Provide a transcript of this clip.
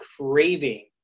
craving